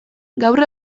gaur